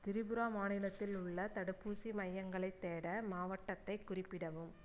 திரிபுரா மாநிலத்தில் உள்ள தடுப்பூசி மையங்களைத் தேட மாவட்டத்தைக் குறிப்பிடவும்